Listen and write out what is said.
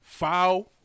Foul